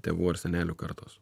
tėvų ar senelių kartos